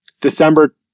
December